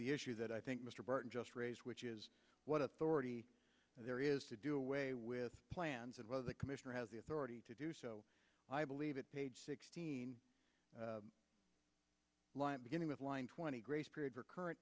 the issue that i think mr burton just raised which is what authority there is to do away with plans and whether the commissioner has the authority to do so i believe it page sixteen line beginning with line twenty grace period for current